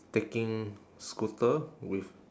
taking scooter with